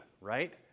right